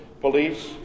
police